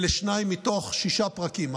אלה שניים מתוך שישה פרקים.